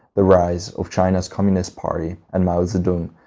the rise of china's communist party and mao zedong,